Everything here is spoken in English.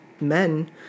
men